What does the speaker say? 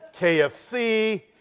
KFC